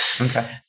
Okay